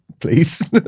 Please